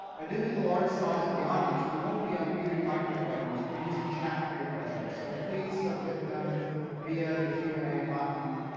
ah due to the large size of the audience, we won't be unmuting microphones or using chat for your questions. so please submit them via the q and a button,